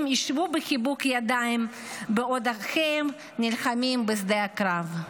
יישבו בחיבוק ידיים בעוד אחיהם נלחמים בשדה הקרב.